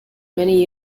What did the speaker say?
many